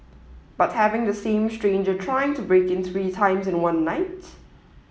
but having the same stranger trying to break in three times in one night